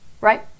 Right